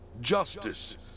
justice